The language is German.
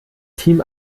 team